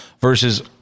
versus